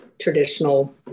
traditional